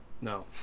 No